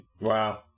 Wow